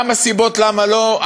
כמה סיבות למה לא,